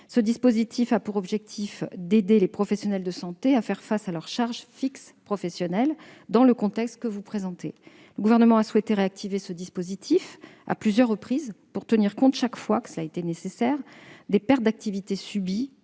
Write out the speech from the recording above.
Ce dispositif a pour objectif d'aider les professionnels de santé à faire face à leurs charges fixes professionnelles, dans le contexte que vous présentez. Le Gouvernement a souhaité réactiver ce DIPA à plusieurs reprises pour tenir compte, chaque fois que cela était nécessaire, des pertes d'activité subies